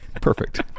Perfect